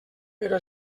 però